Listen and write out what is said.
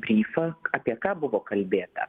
bryfą apie ką buvo kalbėta